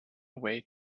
away